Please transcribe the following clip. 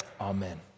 amen